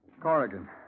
Corrigan